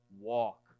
walk